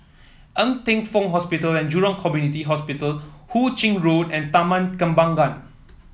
Ng Teng Fong Hospital and Jurong Community Hospital Hu Ching Road and Taman Kembangan